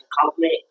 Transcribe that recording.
compliment